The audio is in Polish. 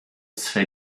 swe